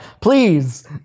Please